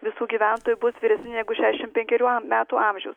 visų gyventojų bus vyresni negu šešiasdešim penkerių metų amžiaus